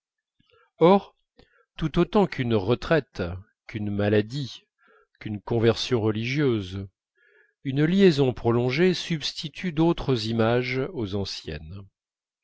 or tout autant qu'une retraite qu'une maladie qu'une conversion religieuse une liaison prolongée substitue d'autres images aux anciennes